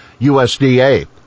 USDA